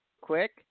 quick